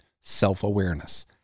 self-awareness